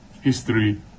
history